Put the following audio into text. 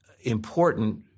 important